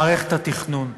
מערכת התכנון.